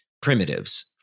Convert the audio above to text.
primitives